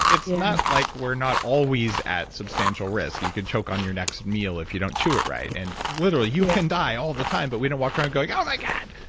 it's not like we're not always at substantial risk. you could choke on your next meal if you don't chew it right. and literally, you can die all the time, but we don't walk around going, oh my god.